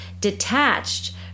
detached